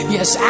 Yes